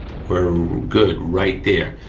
we're good, right there.